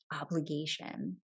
obligation